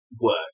work